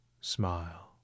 smile